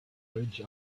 ridge